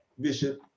Bishop